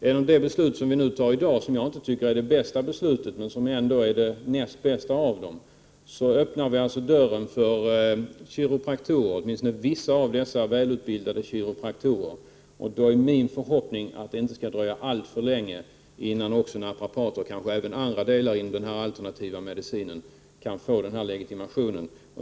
Genom det beslut som vi kommer att fatta i detta ärende, som jag inte tycker är det bästa beslutet men som ändå är det näst bästa, öppnar vi dörren för åtminstone vissa av de välutbildade kiropraktorerna. Min förhoppning är att det inte skall dröja alltför länge innan också naprapater och kanske även andra grupper inom den alternativa medicinen kan få legitimation.